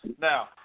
Now